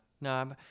No